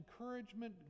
encouragement